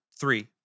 Three